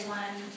one